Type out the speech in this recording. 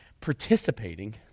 participating